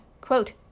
quote